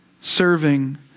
serving